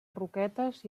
roquetes